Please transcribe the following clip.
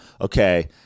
okay